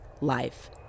life